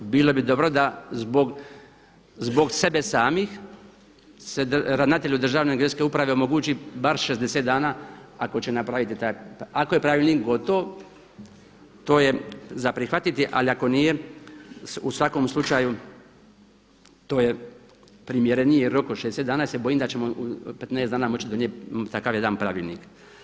Bilo bi dobro da zbog sebe samih se ravnatelju Državne geodetske uprave omogući bar 60 dana ako će napraviti taj, ako je pravilnik gotov to je za prihvatiti ali ako nije u svakom slučaju to je primjereniji rok od 60 dana jer se bojim da ćemo u 15 dana moći donijeti takav jedan pravilnik.